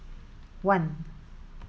one